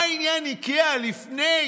מה עניין איקאה לפני